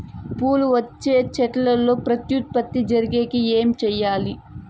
పూలు వచ్చే చెట్లల్లో ప్రత్యుత్పత్తి జరిగేకి ఏమి చేయాలి?